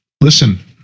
Listen